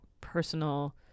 personal